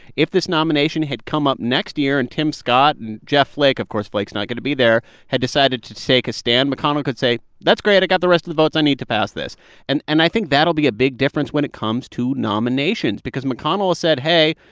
if this nomination had come up next year and tim scott and jeff flake of course, flake's not going to be there had decided to take a stand, mcconnell could say, that's great. i got the rest of the votes i need to pass this and and i think that'll be a big difference when it comes to nominations because mcconnell has said, hey,